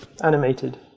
animated